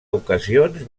ocasions